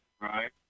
right